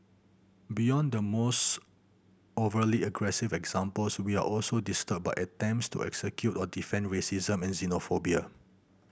beyond the most overtly aggressive examples we are also disturbed by attempts to excuse or defend racism and xenophobia